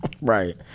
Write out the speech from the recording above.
Right